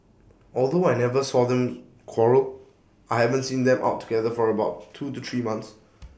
although I never saw them quarrel I haven't seen them out together for about two to three months